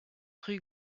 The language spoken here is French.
rue